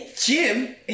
Jim